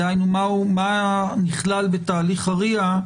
דהיינו מה נכלל בתהליך הרי"ע,